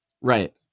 Right